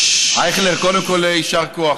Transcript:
אייכלר, קודם כול יישר כוח,